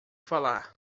falar